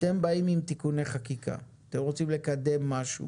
אתם באים עם תיקוני חקיקה, אתם רוצים לקדם משהו